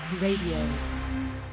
radio